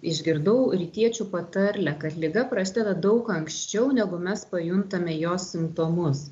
išgirdau rytiečių patarlę kad liga prasideda daug anksčiau negu mes pajuntame jos simptomus